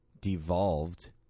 devolved